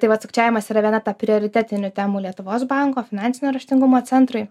tai vat sukčiavimas yra viena ta prioritetinių temų lietuvos banko finansinio raštingumo centrui